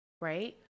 right